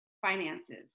finances